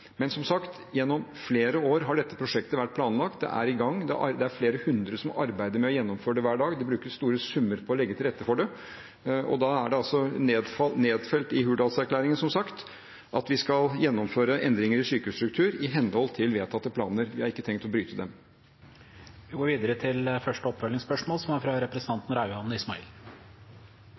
Men som sagt: Gjennom flere år har dette prosjektet vært planlagt, det er i gang, det er flere hundre som arbeider med å gjennomføre det hver dag. Det brukes store summer på å legge til rette for det. Da er det som sagt nedfelt i Hurdalsplattformen at vi skal gjennomføre endringer i sykehusstruktur i henhold til vedtatte planer. Vi har ikke tenkt å bryte dem. Rauand Ismail – til oppfølgingsspørsmål.